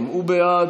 גם הוא בעד,